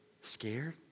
Scared